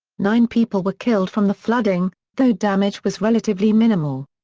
nine people were killed from the flooding, though damage was relatively minimal.